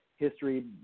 history